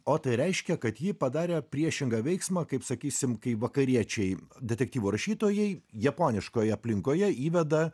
o tai reiškia kad ji padarė priešingą veiksmą kaip sakysim kai vakariečiai detektyvų rašytojai japoniškoje aplinkoje įveda